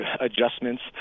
adjustments